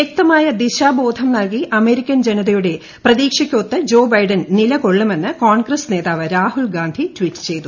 വൃക്തമായ ദിശാബോധം നൽകി അമേരിക്കൻ ജനതയുടെ പ്രതീക്ഷയ്ക്കൊത്ത് ജോ ബൈഡൻ നിലകൊള്ളുമെന്ന് കോൺഗ്രസ് നേ താവ് രാഹുൽഗാന്ധി ട്വീറ്റ് ചെയ്തു